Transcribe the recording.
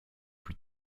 plus